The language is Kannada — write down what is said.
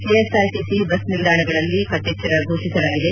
ಕೆಎಸ್ಆರ್ಟಿಸಿ ಬಸ್ ನಿಲ್ದಾಣಗಳಲ್ಲಿ ಕಟ್ಟೆಚ್ಚರ ಘೋಷಿಸಲಾಗಿದೆ